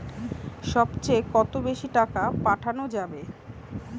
সব চেয়ে কত বেশি টাকা পাঠানো যাবে?